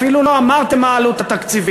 אפילו לא אמרתם מה העלות התקציבית.